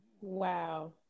wow